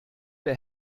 der